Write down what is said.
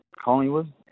Collingwood